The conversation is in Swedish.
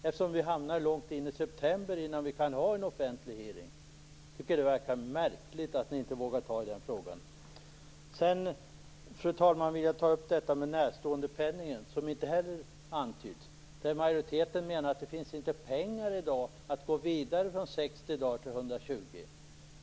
Nu hamnar vi ju långt in i september innan vi kan ha en offentlig hearing. Jag tycker att det verkar märkligt att ni inte vågar ta i den frågan. Sedan, fru talman, vill jag ta upp det här med närståendepenningen, som inte heller har antytts. Här menar majoriteten att det i dag inte finns pengar att gå vidare från 60 dagar till 120.